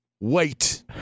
Wait